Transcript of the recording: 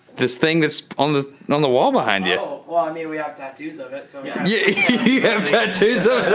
this thing that's on the and on the wall behind you. oh, well, i mean we have tattoos of it, so laughs yeah yeah you have tattoos of